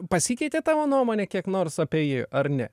pasikeitė tavo nuomonė kiek nors apie jį ar ne